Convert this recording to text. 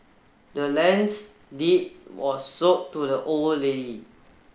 the land's deed was sold to the old lady